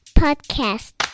Podcast